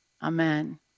Amen